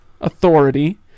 authority